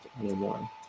anymore